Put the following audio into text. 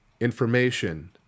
information